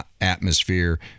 atmosphere